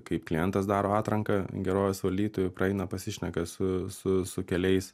kaip klientas daro atranką gerovės valdytojų praeina pasišneka su su su keliais